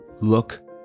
look